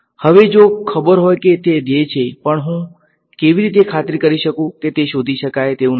હવે જો ખબર હોય કે તે ધ્યેય છે પણ હું કેવી રીતે ખાતરી કરી શકું કે તે શોધી શકાય તેવું નથી